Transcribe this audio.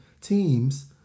teams